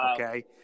okay